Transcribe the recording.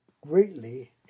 greatly